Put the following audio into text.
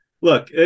look